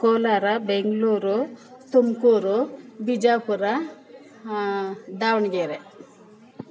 Kolar Bengaluru Tumakuru Bijapur Davanagere